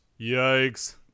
Yikes